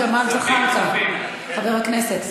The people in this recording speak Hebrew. ג'מאל זחאלקה, חבר הכנסת.